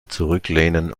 zurücklehnen